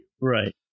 Right